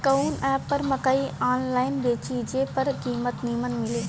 कवन एप पर मकई आनलाइन बेची जे पर कीमत नीमन मिले?